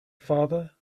father